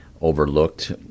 overlooked